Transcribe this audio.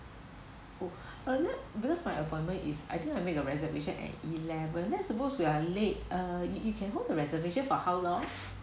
oh uh no because my appointment is I think I make a reservation at eleven that's the most we are late uh you you can hold the reservation for how long